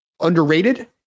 underrated